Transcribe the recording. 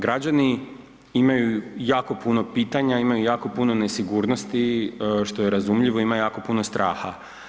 Građani imaju jako puno pitanja, imaju jako puno nesigurnosti, što je razumljivo, ima jako puno straha.